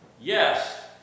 Yes